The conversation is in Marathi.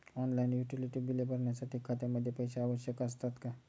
ऑनलाइन युटिलिटी बिले भरण्यासाठी खात्यामध्ये पैसे आवश्यक असतात का?